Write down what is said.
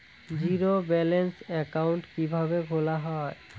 Zero balance account কিভাবে খোলা হয়?